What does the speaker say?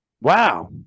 Wow